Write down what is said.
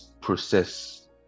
process